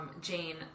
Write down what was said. Jane